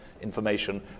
information